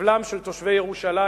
וסבלם של תושבי ירושלים,